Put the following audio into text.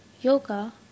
Yoga